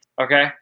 Okay